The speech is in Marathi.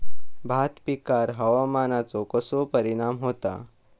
भात पिकांर हवामानाचो कसो परिणाम होता?